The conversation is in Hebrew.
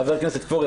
וחשוב.